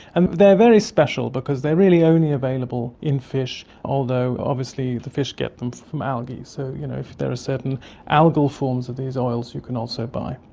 and they are very special because they are really only available in fish, although obviously the fish get them from algae, so you know there are certain algal forms of these oils you can also buy.